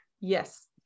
Yes